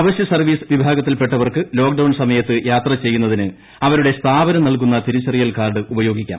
അവശ്യസർവ്വീസ് വിഭാഗത്തിൽപ്പെട്ടവർക്ക് ലോക്ഡൌൺ സമയത്ത് യാത്ര ചെയ്യുന്നത്രിന് അവരുടെ സ്ഥാപനം നൽകുന്ന തിരിച്ചറിയൽ കാർഡ് ഉപ്പ്യോഗിക്കാം